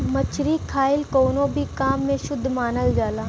मछरी खाईल कवनो भी काम में शुभ मानल जाला